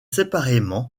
séparément